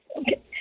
Okay